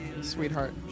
sweetheart